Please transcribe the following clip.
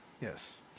Yes